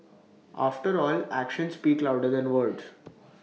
after all actions speak louder than words